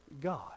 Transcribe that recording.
God